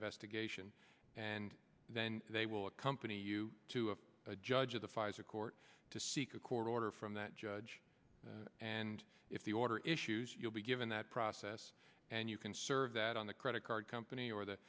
investigation and then they will accompany you to a judge of the pfizer court to seek a court order from that judge and if the order issues you'll be given that process and you can serve that on the credit card company or th